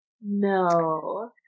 No